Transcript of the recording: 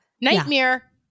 Nightmare